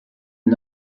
and